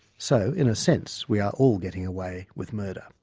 so in a sense, we are all getting away with murder.